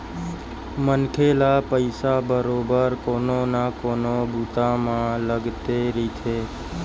मनखे ल पइसा बरोबर कोनो न कोनो बूता म लगथे रहिथे